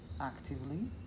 actively